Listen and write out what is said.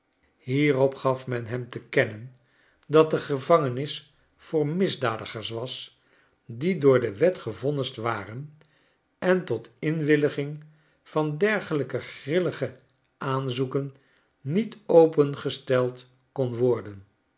hierop gaf men hem te kennen dat de gevangenis vobr misdadigers was die door de wet gevonnisd waren en tot inwilliging van dergelijke grillige aanzoeken niet opengesteld kon worden